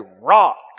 rock